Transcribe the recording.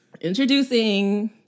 Introducing